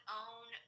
own